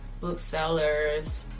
booksellers